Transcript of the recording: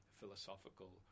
philosophical